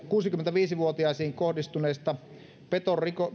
kuusikymmentäviisi vuotiaisiin kohdistuneiden petosrikosten